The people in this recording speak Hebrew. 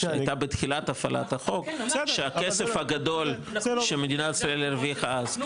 שהייתה בתחילת הפעלת החוק שהכסף הגדול שמדינת ישראל הרוויחה אז כן,